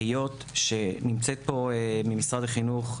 היות שנמצאת פה נציגה ממשרד החינוך,